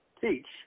teach